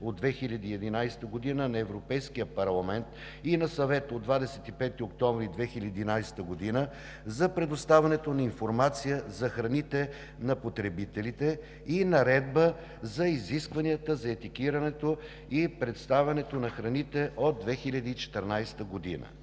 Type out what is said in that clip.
от 2011 г. на Европейския парламент и на Съвета от 25 октомври 2011 г. за предоставянето на информация за храните на потребителите и Наредба за изискванията за етикетирането и представянето на храните от 2014 г.